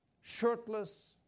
Shirtless